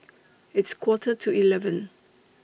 its Quarter to eleven